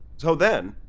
so then